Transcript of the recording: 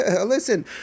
listen